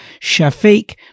Shafiq